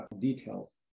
details